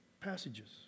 passages